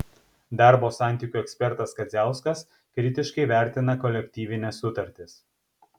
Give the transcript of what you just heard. darbo santykių ekspertas kadziauskas kritiškai vertina kolektyvines sutartis